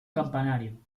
campanario